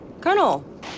Colonel